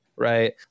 Right